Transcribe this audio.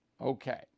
Okay